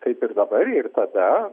kaip ir dabar ir tada